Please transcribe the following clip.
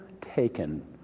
taken